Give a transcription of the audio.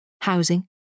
housing